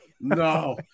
no